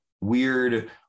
weird